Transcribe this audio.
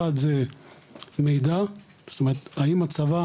אחד זה מידע - זאת אומרת האם הצבא,